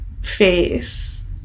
face